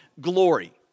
glory